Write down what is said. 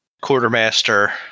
Quartermaster